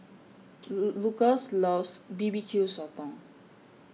Lukas loves B B Q Sotong